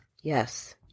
yes